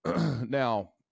Now